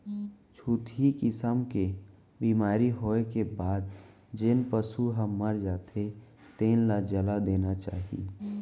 छुतही किसम के बेमारी होए के बाद जेन पसू ह मर जाथे तेन ल जला देना चाही